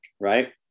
right